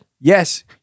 Yes